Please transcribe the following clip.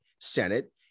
Senate